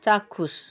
চাক্ষুষ